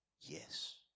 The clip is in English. yes